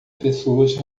pessoas